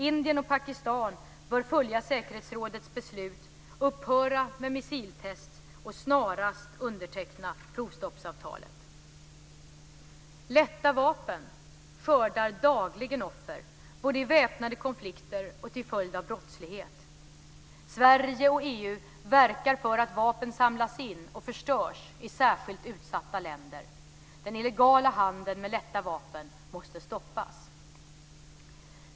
Indien och Pakistan bör följa säkerhetsrådets beslut, upphöra med missiltest och snarast underteckna provstoppsavtalet. Lätta vapen skördar dagligen offer, både i väpnade konflikter och till följd av brottslighet. Sverige och EU verkar för att vapen samlas in och förstörs i särskilt utsatta länder. Den illegala handeln med lätta vapen måste stoppas.